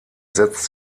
setzt